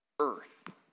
earth